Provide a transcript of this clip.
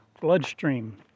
bloodstream